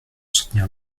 soutenir